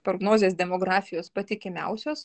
prognozės demografijos patikimiausios